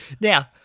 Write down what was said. Now